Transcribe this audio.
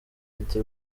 ati